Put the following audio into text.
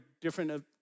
different